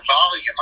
volume